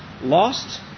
Lost